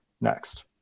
next